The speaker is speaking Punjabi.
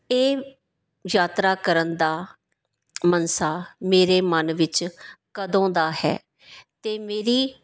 ਇਹ ਯਾਤਰਾ ਕਰਨ ਦਾ ਮਨਸਾ ਮੇਰੇ ਮਨ ਵਿੱਚ ਕਦੋਂ ਦਾ ਹੈ ਅਤੇ ਮੇਰੀ